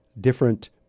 different